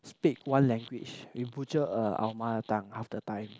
speak one language we butcher uh our mother tongue half the time